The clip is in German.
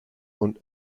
und